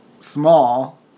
small